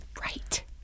Right